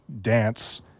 dance